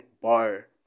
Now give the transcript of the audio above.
bar